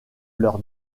leur